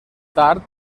tard